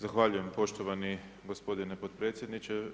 Zahvaljujem poštovani gospodine potpredsjedniče.